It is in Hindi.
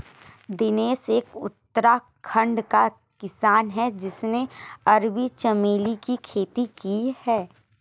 दिनेश एक उत्तराखंड का किसान है जिसने अरबी चमेली की खेती की